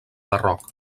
barroc